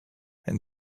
and